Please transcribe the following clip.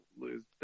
lose